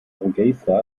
hargeysa